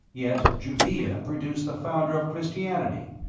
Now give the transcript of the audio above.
yet judaea produced the founder of christianity,